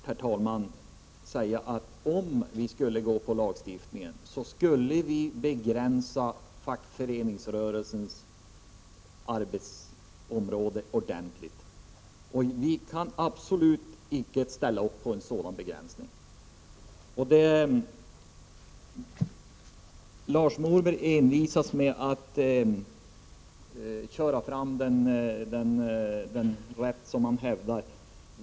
Herr talman! Jag vill helt kort säga att om vi skulle lagstifta, skulle fackrörelsens arbetsområde ordentligt begränsas. Vi kan absolut icke ställa oss bakom en sådan begränsning. Lars Norberg envisas med att dra fram den rätt som han hävdar.